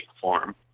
form